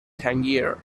tangier